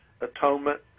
atonement